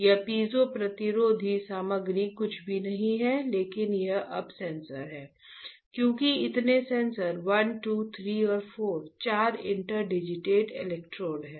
यह पीजो प्रतिरोधी सामग्री कुछ भी नहीं है लेकिन ये अब सेंसर हैं क्योंकि कितने सेंसर 1 2 3 और 4 चार इंटरडिजिटेड इलेक्ट्रोड हैं